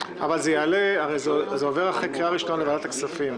זה עובר אחרי קריאה שנייה לוועדת הכספים.